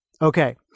Okay